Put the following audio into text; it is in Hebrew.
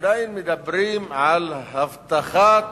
אנחנו עדיין מדברים על הבטחת